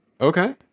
Okay